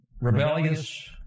rebellious